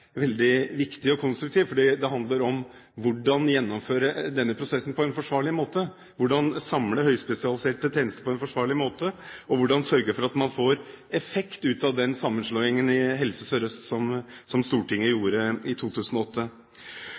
veldig viktig og konstruktiv, fordi det handler om hvordan gjennomføre denne prosessen på en forsvarlig måte, hvordan samle høyspesialiserte tjenester på en forsvarlig måte, og hvordan sørge for at man får effekt ut av den sammenslåingen i Helse Sør-Øst som Stortinget gjorde i 2008.